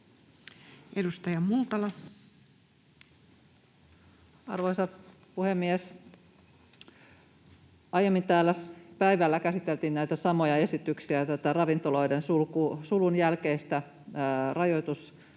Edustaja Multala. Arvoisa puhemies! Täällä aiemmin päivällä käsiteltiin näitä samoja esityksiä, näitä ravintoloiden sulun jälkeisiä rajoituspykäliä